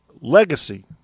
legacy